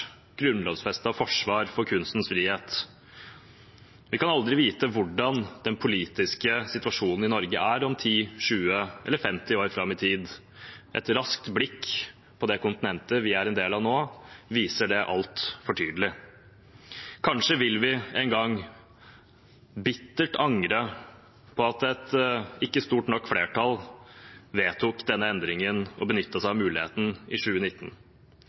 forsvar for kunstens frihet. Vi kan aldri vite hvordan den politiske situasjonen i Norge vil være om 10, 20 eller 50 år. Et raskt blikk på det kontinentet vi er en del av nå, viser det altfor tydelig. Kanskje vil vi en gang angre bittert på at ikke et stort nok flertall vedtok denne endringen og benyttet seg av muligheten i 2019.